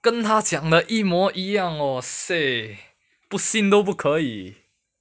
跟她讲的一模一样 oh seh 不信都不可以